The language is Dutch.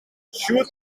sjoerd